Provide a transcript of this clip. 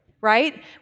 right